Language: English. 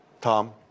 Tom